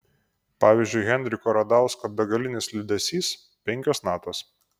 pavyzdžiui henriko radausko begalinis liūdesys penkios natos